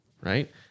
right